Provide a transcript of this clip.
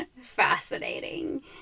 fascinating